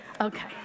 Okay